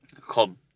called